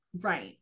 right